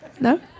No